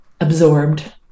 absorbed